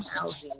housing